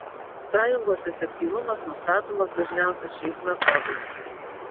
sąjungos efektyvumas nustatomas dažniausiai šiais metodais